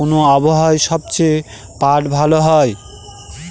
কোন আবহাওয়ায় সবচেয়ে পাট চাষ ভালো হয়?